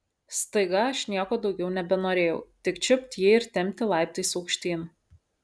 staiga aš nieko daugiau nebenorėjau tik čiupt jį ir tempti laiptais aukštyn